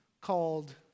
called